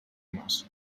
massa